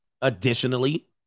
Additionally